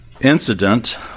incident